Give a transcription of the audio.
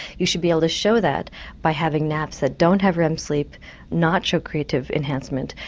you should be able to show that by having naps that don't have rem sleep not show creative enhancement,